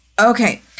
Okay